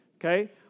Okay